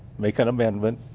make an amendment,